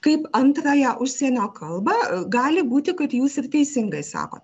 kaip antrąją užsienio kalbą gali būti kad jūs ir teisingai sakot